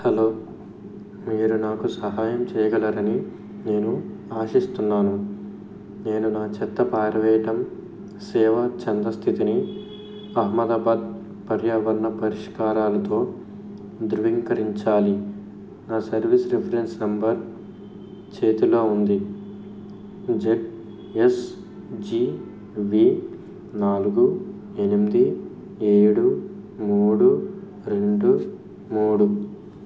hello మీరు నాకు సహాయం చెయ్యగలరని నేను ఆశిస్తున్నాను నేను నా చెత్త పారవెయ్యడం సేవ చందా స్థితిని అహ్మదాబాదు పర్యావరణ పరిష్కారాలతో ధృవీంకరించాలి నా సర్వీస్ రిఫరెన్స్ నంబర్ చేతిలో ఉంది జెడ్ఎస్జివి నాలుగు ఎనిమిది ఏడు మూడు రెండు మూడు